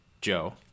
Joe